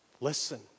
listen